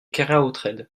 keraotred